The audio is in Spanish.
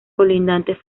colindantes